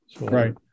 right